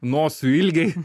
nosių ilgiai